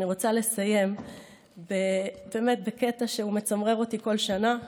אני רוצה לסיים בקטע שמצמרר אותי כל שנה,